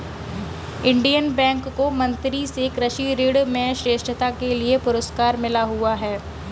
Indian Bank को मंत्री से कृषि ऋण में श्रेष्ठता के लिए पुरस्कार मिला हुआ हैं